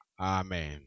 Amen